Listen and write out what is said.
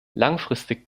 langfristig